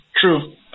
true